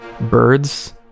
birds